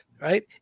right